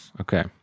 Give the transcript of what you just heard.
okay